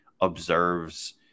observes